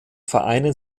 vereinen